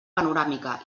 panoràmica